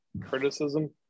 criticism